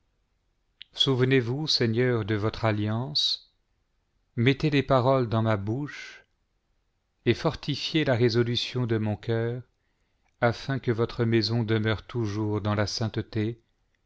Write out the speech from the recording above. souvenez-vous seigneur de votre alliance mettez les paroles dans ma bouche et fortifiez la résolution de mon coeur afin que votre maison demeure toujours dans la sainteté